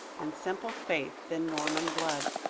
and simple faith than norman blood.